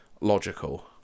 logical